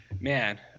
Man